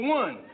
one